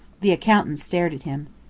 the accountant stared at him.